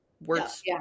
words